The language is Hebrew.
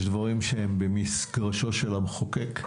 יש דברים שהם במגרשו של המחוקק,